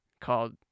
called